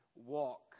walk